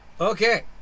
Okay